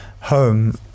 home